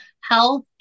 Health